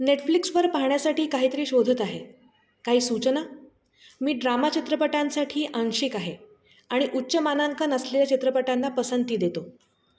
नेटफ्लिक्सवर पाहण्यासाठी काहीतरी शोधत आहे काही सूचना मी ड्रामा चित्रपटांसाठी आंशिक आहे आणि उच्च मानांकन असलेल्या चित्रपटांना पसंती देतो